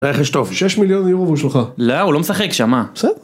רכש טוב. 6 מיליון יורו והוא שלך. לא, הוא לא משחק שם, מה? בסדר